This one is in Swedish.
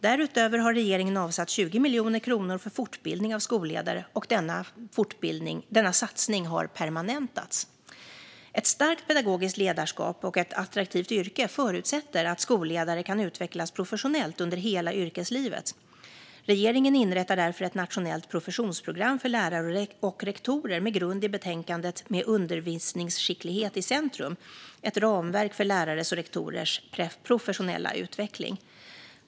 Därutöver har regeringen avsatt 20 miljoner kronor för fortbildning av skolledare, och denna satsning har permanentats. Ett starkt pedagogiskt ledarskap och ett attraktivt yrke förutsätter att skolledare kan utvecklas professionellt under hela yrkeslivet. Regeringen inrättar därför ett nationellt professionsprogram för lärare och rektorer med grund i betänkandet Med undervisningsskicklighet i centrum - ett ramverk för lärares och rektorers professionella utveckling .